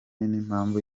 n’impamvu